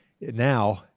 now